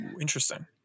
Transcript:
Interesting